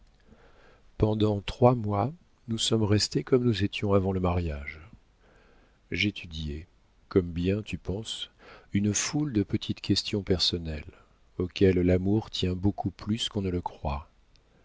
pendant trois mois nous sommes restés comme nous étions avant le mariage j'étudiai comme bien tu penses une foule de petites questions personnelles auxquelles l'amour tient beaucoup plus qu'on ne le croit